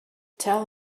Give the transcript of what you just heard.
tell